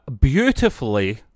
beautifully